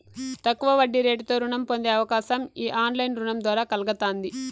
తక్కువ వడ్డీరేటుతో రుణం పొందే అవకాశం ఈ ఆన్లైన్ రుణం ద్వారా కల్గతాంది